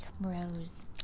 Rose